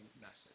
message